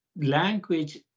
language